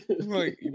Right